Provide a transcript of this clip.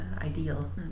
ideal